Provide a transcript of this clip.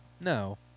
No